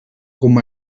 com